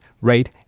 rate